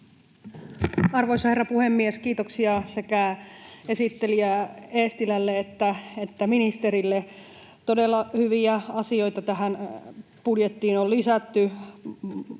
Arvoisa herra puhemies! Kiitoksia sekä esittelijä Eestilälle että ministerille. Todella hyviä asioita tähän budjettiin on lisätty